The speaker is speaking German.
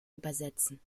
übersetzen